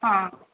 हा